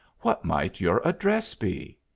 what might your address be?